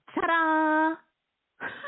ta-da